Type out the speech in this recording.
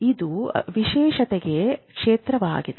ಇದು ವಿಶೇಷತೆಯ ಕ್ಷೇತ್ರವಾಗಿದೆ